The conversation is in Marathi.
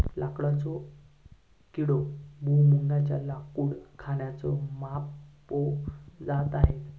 लाकडेचो किडो, भुंग्याच्या लाकूड खाण्याच्या मोप जाती हत